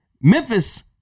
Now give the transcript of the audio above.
Memphis